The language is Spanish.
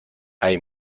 hay